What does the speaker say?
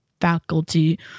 faculty